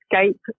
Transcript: escape